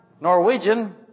Norwegian